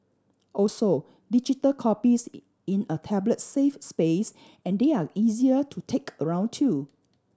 also digital copies in in a tablet save space and they are easier to take around too